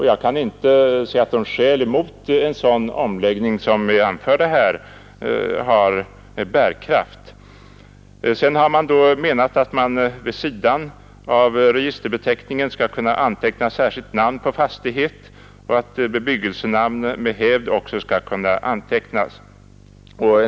Jag kan inte se att de skäl emot en sådan omvägning som anförs har bärkraft. Vidare har det anförts att man vid sidan av registerbeteckningarna skall kunna anteckna särskilt namn på fastighet och att bebyggelsenamn med hävd också skall kunna antecknas.